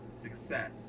success